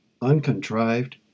uncontrived